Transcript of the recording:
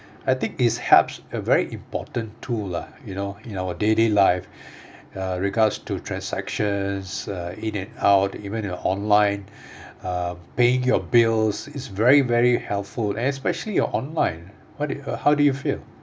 I think it's helps a very important tool lah you know in our daily life uh regards to transactions uh in and out even in online uh paying your bills is very very helpful and especially your online what do you uh how do you feel